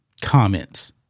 comments